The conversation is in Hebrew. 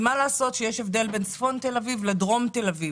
הרי יש הבדל בין צפון תל אביב לדרום תל אביב,